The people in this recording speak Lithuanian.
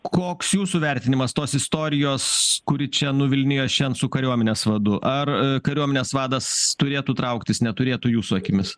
koks jūsų vertinimas tos istorijos kuri čia nuvilnijo šian su kariuomenės vadu ar kariuomenės vadas turėtų trauktis neturėtų jūsų akimis